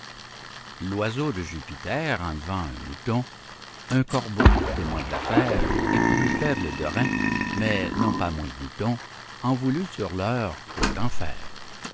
l'oiseau de jupiter enlevant un mouton un corbeau témoin de l'affaire et plus faible des reins mais non pas moins glouton en voulut sur l'heure autant faire